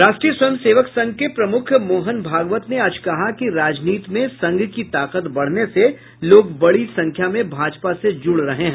राष्ट्रीय स्वयं सेवक संघ के प्रमूख मोहन भागवत ने आज कहा कि राजनीति में संघ की ताकत बढ़ने से लोग बड़ी संख्या में भाजपा से जुड़ रहे हैं